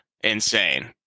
insane